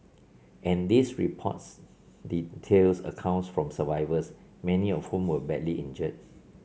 and this reports details accounts from survivors many of whom were badly injured